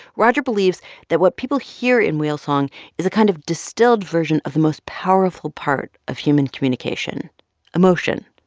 roger believes that what people hear in whale song is a kind of distilled version of the most powerful part of human communication emotion,